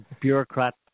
bureaucrat